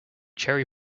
cherry